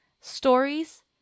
stories